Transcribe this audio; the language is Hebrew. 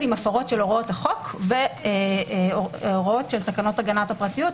עם הפרות של הוראות החוק והוראות של תקנות הגנת הפרטיות,